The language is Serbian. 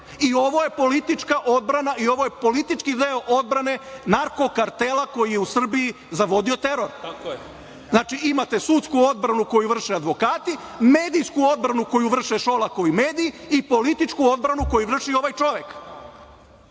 I ovo je politička odbrana, ovo je politički veo odbrane narko-kartela koji je u Srbiji zavodio teror. Znači, imate sudsku odbranu koju vrše advokati, medijsku odbranu koju vrše Šolakovi mediji i političku odbranu koju vrši ovaj čovek.